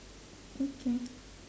okay